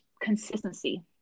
consistency